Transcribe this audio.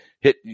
hit